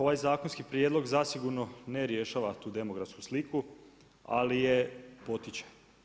Ovaj zakonski prijedlog zasigurno ne rješava tu demografsku sliku ali je potiče.